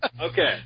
Okay